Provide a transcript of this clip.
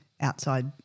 outside